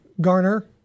garner